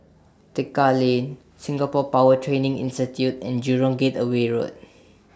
Tekka Lane Singapore Power Training Institute and Jurong Gateway Road